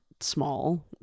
small